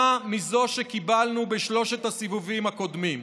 מזו שקיבלנו בשלושת הסיבובים הקודמים.